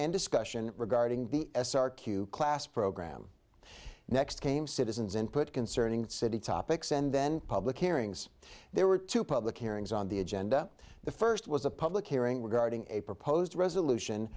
and discussion regarding the s r q class program next came citizens input concerning city topics and then public hearings there were two public hearings on the agenda the first was a public hearing regarding a proposed resolution